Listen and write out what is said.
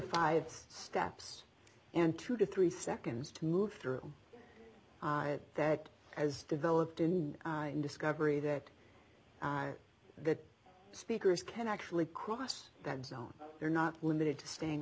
five steps and two to three seconds to move through that has developed in discovery that the speakers can actually cross that zone they're not limited to staying